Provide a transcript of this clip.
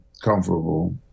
comfortable